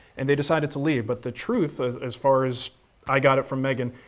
and they decided to leave. but the truth, as as far as i got it from megan,